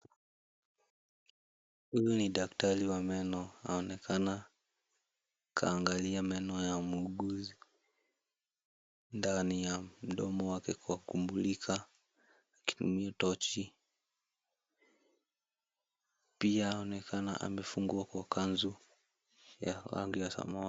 Huyu ni daktari wa meno anaonekana kaangalia meno ya muuguzi ndani ya mdomo wake kwa kumulika kutumia tochi pia anaonekana amefungwa kwa kanzu ya rangi ya samawati.